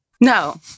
No